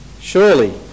Surely